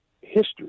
history